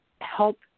help